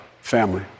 family